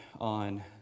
on